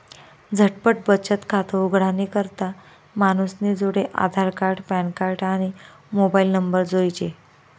झटपट बचत खातं उघाडानी करता मानूसनी जोडे आधारकार्ड, पॅनकार्ड, आणि मोबाईल नंबर जोइजे